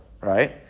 right